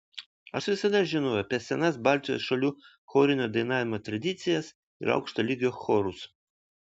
aš visada žinojau apie senas baltijos šalių chorinio dainavimo tradicijas ir aukšto lygio chorus